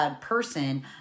person